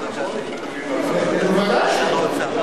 בוודאי שלא.